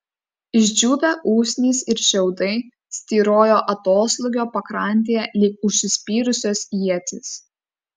išdžiūvę usnys ir šiaudai styrojo atoslūgio pakrantėje lyg užsispyrusios ietys